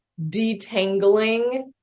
detangling